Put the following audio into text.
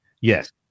Yes